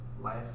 life